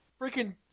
Freaking